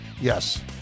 Yes